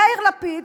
יאיר לפיד,